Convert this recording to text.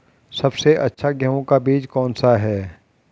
सबसे अच्छा गेहूँ का बीज कौन सा है?